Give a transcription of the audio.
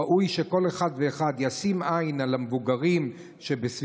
ראוי שכל אחד ואחד ישים עין על המבוגרים שבסביבתו,